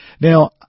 Now